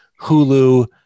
Hulu